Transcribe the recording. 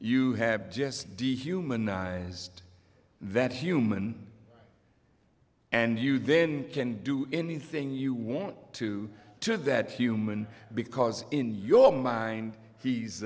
you have just dehumanized that human and you then can do anything you want to to that human because in your mind he's